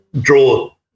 draw